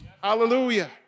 Hallelujah